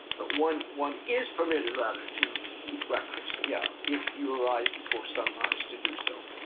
but one one is permitted, rather, to eat breakfast yeah if you arise before sunrise to do so.